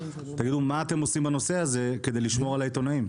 תגידו מה אתם בנושא הזה כדי לשמור על העיתונאים.